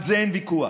על זה אין ויכוח,